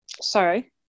sorry